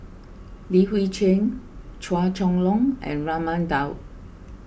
Li Hui Cheng Chua Chong Long and Raman Daud